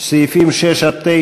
סעיפים 6 9,